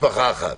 משפחה אחת,